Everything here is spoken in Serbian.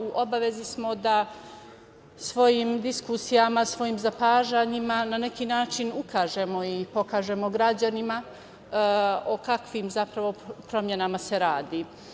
U obavezi smo da svojim diskusijama, svojim zapažanjima, na neki način ukažemo i pokažemo građanima o kakvim se zapravo promenama radi.